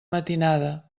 matinada